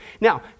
Now